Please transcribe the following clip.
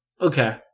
Okay